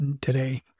today